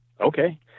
Okay